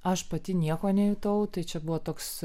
aš pati nieko nejutau tai čia buvo toks